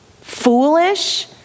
foolish